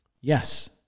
Yes